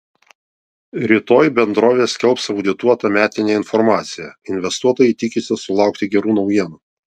rytoj bendrovė skelbs audituotą metinę informaciją investuotojai tikisi sulaukti gerų naujienų